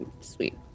Sweet